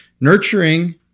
nurturing